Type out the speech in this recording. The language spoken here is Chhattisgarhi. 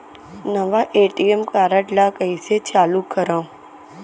नवा ए.टी.एम कारड ल कइसे चालू करव?